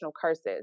curses